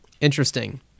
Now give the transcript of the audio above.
Interesting